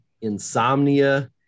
insomnia